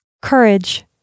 Courage